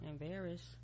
Embarrassed